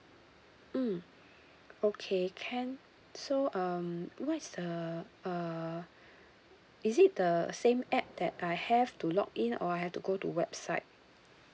mm okay can so um what's the uh is it the same app that I have to login or I have to go to website